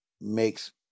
makes